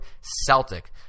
Celtic